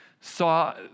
saw